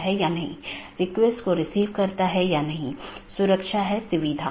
एक IBGP protocol है जो कि सब चीजों से जुड़ा हुआ है